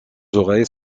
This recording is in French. oreilles